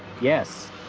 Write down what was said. Yes